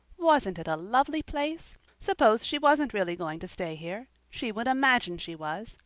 wasn't it a lovely place? suppose she wasn't really going to stay here! she would imagine she was.